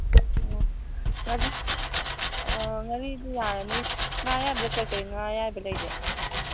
ꯑꯣ ꯑꯣ ꯉꯥꯔꯤꯗꯤ ꯌꯥꯔꯅꯤ ꯉꯥ ꯑꯌꯥꯏꯕꯗꯣ ꯀꯔꯤ ꯀꯔꯤ ꯉꯥ ꯑꯌꯥꯏꯕ ꯂꯩꯒꯦ